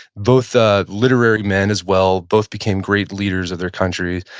both ah literary men, as well. both became great leaders of their country.